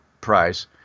price